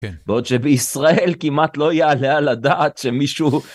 ובעוד שבישראל כמעט לא יעלה על הדעת שמישהו...